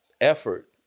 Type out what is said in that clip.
effort